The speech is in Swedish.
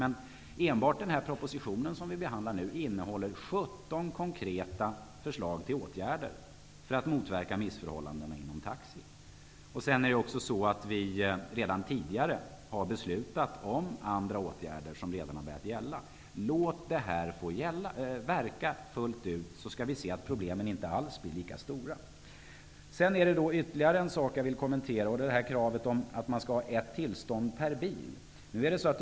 Men enbart propositionen innehåller 17 konkreta förslag till åtgärder för att motverka missförhållandena inom taxinäringen. Vi har också tidigare beslutat om andra åtgärder, som redan har börjat gälla. Låt dem få verka fullt ut, så skall vi se att problemen inte alls blir så stora! Jag vill kommentera ytterligare en sak, och det är kravet på ett tillstånd per bil.